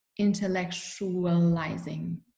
intellectualizing